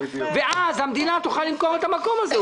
ואז המדינה תוכל למכור את המקום הזה,